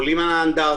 עולים על האנדרטה.